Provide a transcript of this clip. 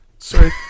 Sorry